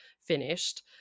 finished